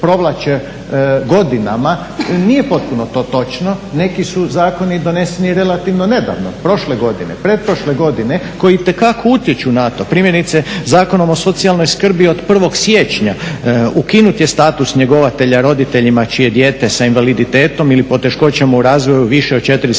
nije potpuno to točno, neki su zakoni doneseni relativno nedavno, prošle godine, pretprošle godine, koji itekako utječu na to. Primjerice, Zakonom o socijalnoj skrbi od 1. siječnja ukinut je status njegovatelja roditeljima čije dijete sa invaliditetom ili poteškoćama u razvoju više od 4